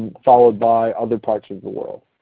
followed by other parts of the world.